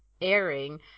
airing